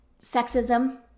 sexism